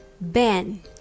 ben